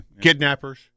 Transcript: Kidnappers